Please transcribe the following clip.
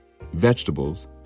vegetables